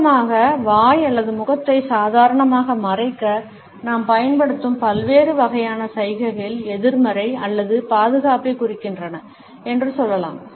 சுருக்கமாக வாய் அல்லது முகத்தை சாதாரணமாக மறைக்க நாம் பயன்படுத்தும் பல்வேறு வகையான சைகைகள் எதிர்மறை அல்லது பாதுகாப்பைக் குறிக்கின்றன என்று சொல்லலாம்